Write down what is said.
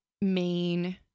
main